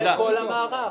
זה כל המערך.